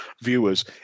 viewers